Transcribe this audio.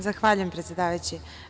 Zahvaljujem, predsedavajući.